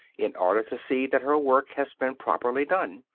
in order to see that her work has been properly done,